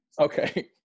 Okay